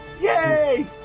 Yay